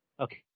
okay